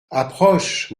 approche